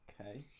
Okay